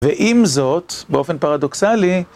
ועם זאת, באופן פרדוקסלי...